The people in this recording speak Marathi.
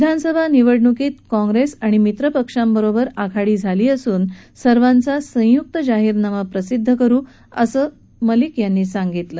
विधानसभा निवडणुकीत काँग्रेस आणि मित्रपक्षांबरोबर आघाडी झाली असून सर्वांचा संयुक्त जाहीरनामा प्रसिदध करु असं मलिक यांनी सांगितलं